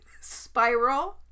Spiral